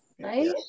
Right